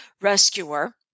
rescuer